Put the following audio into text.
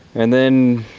and then